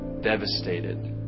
devastated